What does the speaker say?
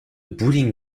bowling